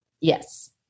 Yes